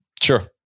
Sure